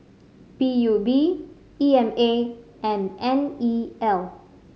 P U B E M A and N E L